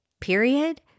period